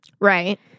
Right